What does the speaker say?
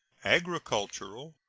agricultural,